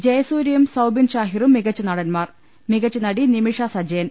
ജയ സൂര്യയും സൌബിൻ ഷാഹിറും മികച്ച നടന്മാർ മികച്ച് നടി നിമിഷ സജയൻ